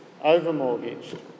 overmortgaged